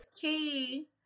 key